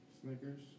Snickers